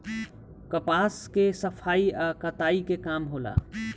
कपास के सफाई आ कताई के काम होला